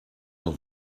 dans